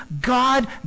God